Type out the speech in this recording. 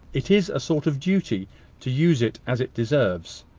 it is a sort of duty to use it as it deserves.